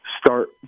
start